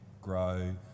grow